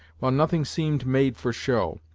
while nothing seemed made for show.